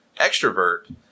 extrovert